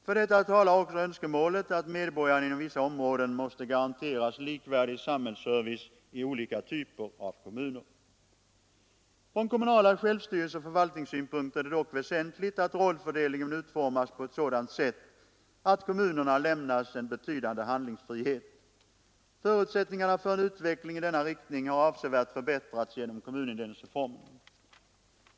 För detta talar också önskemålet att medborgarna inom vissa områden måste garanteras likvärdig samhällsservice i olika typer av kommuner. Från kommunala självstyrelseoch förvaltningssynpunkter är det dock väsentligt att rollfördelningen utformas på ett sådant sätt att kommunerna lämnas en betydande handlingsfrihet. Förutsättningarna för en utveckling i denna riktning har avsevärt förbättrats genom kommunindel ningsreformen.